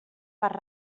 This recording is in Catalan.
per